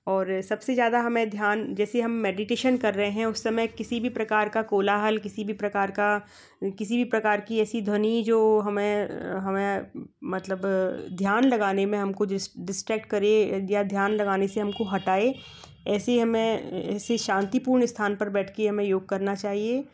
और सबसे ज़्यादा हमें ध्यान जैसे हम मेडिटेशन कर रहे हैं उस समय किसी भी प्रकार का कोलाहल किसी भी प्रकार का किसी भी प्रकार की ऐसी ध्वनि जो हमें हमें मतलब ध्यान लगाने में हमको जिस डिस्ट्रैक्ट करे या ध्यान लगाने से हमको हटाए ऐसी हमें ऐसी शांतिपूर्ण स्थान पर बैठ कर हमे योग करना चाहिए